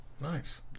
Nice